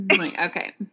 Okay